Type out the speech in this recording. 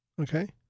Okay